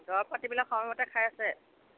দৰৱ পাতিবিলাক সময়মতে খাই আছে